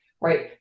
right